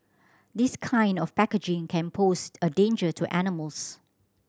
this kind of packaging can pose a danger to animals